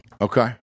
Okay